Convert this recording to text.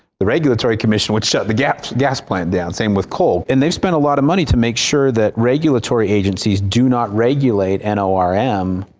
the regulatory commission would shut the gas gas plant down. same with coal. and they've spent a lot of money to make sure that regulatory agencies do not regulate n o r m.